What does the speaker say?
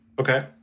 Okay